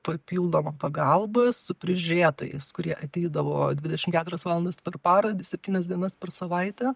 papildoma pagalba su prižiūrėtojais kurie ateidavo dvidešimt keturias valandas per parą septynias dienas per savaitę